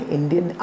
Indian